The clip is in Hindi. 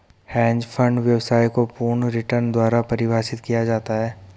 हैंज फंड व्यवसाय को पूर्ण रिटर्न द्वारा परिभाषित किया जाता है